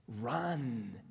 Run